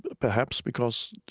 but perhaps because